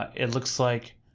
ah it looks like